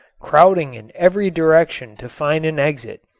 crowding in every direction to find an exit,